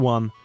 One